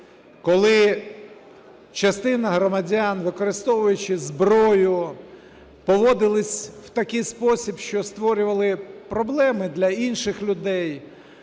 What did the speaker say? коли частина громадян, використовуючи зброю, поводилась у такий спосіб, що створювали проблеми для інших людей,